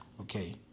Okay